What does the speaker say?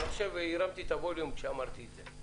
אני חושב שהרמתי את הווליום כשאמרתי את זה